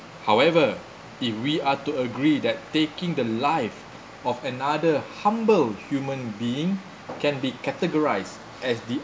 however if we are to agree that taking the life of another humble human being can be categorised as the